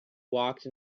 walked